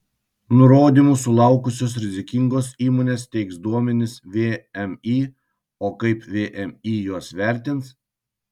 nurodymų sulaukusios rizikingos įmonės teiks duomenis vmi o kaip vmi juos vertins